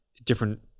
different